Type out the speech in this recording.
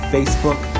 Facebook